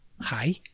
Hi